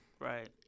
right